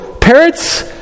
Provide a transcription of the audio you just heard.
parrots